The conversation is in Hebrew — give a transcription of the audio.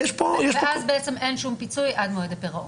--- ואז בעצם אין שום פיצוי עד מועד הפירעון.